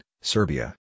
Serbia